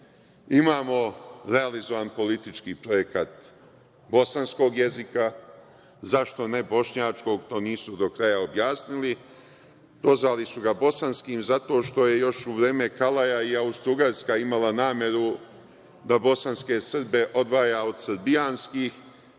imamo realizovan politički projekat bosanskog jezika. Zašto ne bošnjačkog, to nisu do kraja objasnili, prozvali su ga bosanskim. Zato što je još u vreme Kalaja i Austrougarska imala nameru da bosanske Srbe odvaja od srbijanskih,